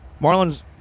Marlins